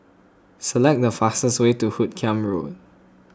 select the fastest way to Hoot Kiam Road